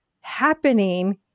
happening